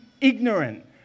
ignorant